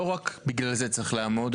לא רק בגלל זה צריך לעמוד,